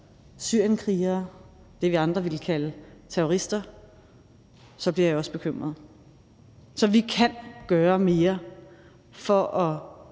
syrienskrigere – det, vi andre ville kalde terrorister – så bliver jeg også bekymret. Så vi kan gøre mere for at